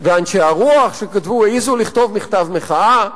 ואנשי הרוח שהעזו לכתוב מכתב מחאה,